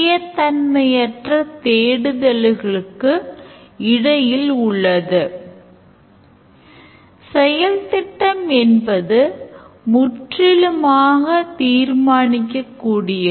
அதை நாம் காட்ட வேண்டியதில்லை நாம் actors systemல் உள்ளிடும் தகவலை மட்டுமே நாம் பிரதிநிதித்துவப்படுத்த வேண்டும்